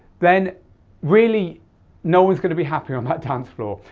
then really no one's going to be happy on that dancefloor.